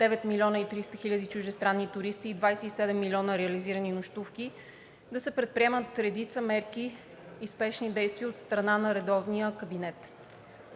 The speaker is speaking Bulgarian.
9 милиона и 300 хиляди чуждестранни туристи и 27 милиона реализирани нощувки, да се предприемат редица мерки и спешни действия от страна на редовния кабинет.